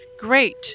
Great